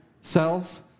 cells